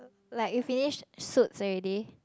like you finished Suits already